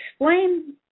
explain